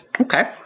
Okay